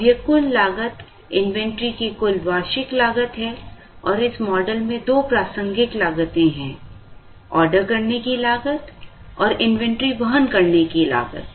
अब यह कुल लागत इन्वेंट्री की कुल वार्षिक लागत है और इस मॉडल में दो प्रासंगिक लागतें हैं ऑर्डर करने की लागत और इन्वेंट्री वहन करने की लागत है